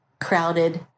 crowded